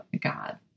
God